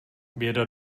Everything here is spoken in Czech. běda